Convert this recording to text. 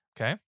okay